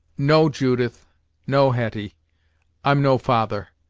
no, judith no, hetty i'm no father.